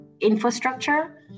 infrastructure